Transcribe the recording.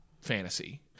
fantasy